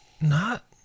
not-